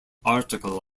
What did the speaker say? article